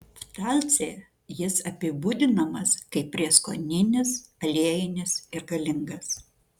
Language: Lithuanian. pfalce jis apibūdinamas kaip prieskoninis aliejinis ir galingas